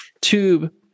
tube